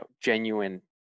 genuine